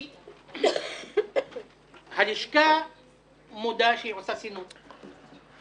כי הלשכה מודה שהיא עושה סינון,